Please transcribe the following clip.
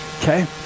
Okay